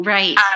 Right